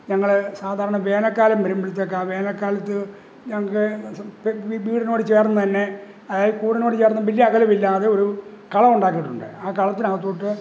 ഞങ്ങള് സാധാരണ വേനല്ക്കാലം വരുമ്പോഴത്തേക്കാണ് വേനൽക്കാലത്ത് ഞങ്ങള്ക്ക് വീടിനോട് ചേർന്നുതന്നെ അതായത് കൂടിനോട് ചേർന്ന് വലിയകലമില്ലാതെ ഒരു കളമുണ്ടാക്കിയിട്ടുണ്ട് ആ കളത്തിനകത്തോട്ട്